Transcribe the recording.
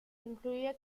incluía